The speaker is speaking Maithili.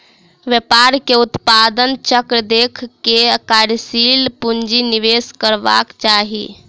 व्यापार के उत्पादन चक्र देख के कार्यशील पूंजी निवेश करबाक चाही